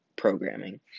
programming